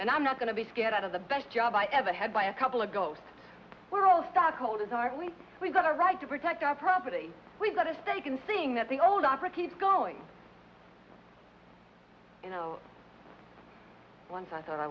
and i'm not going to be scared out of the best job i ever had by a couple of ghost world stock holders are we we've got a right to protect our property we've got a stake in seeing that the old opera keeps going you know once i thought i